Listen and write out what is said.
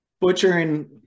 butchering